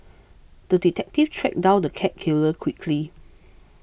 the detective tracked down the cat killer quickly